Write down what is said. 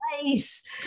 place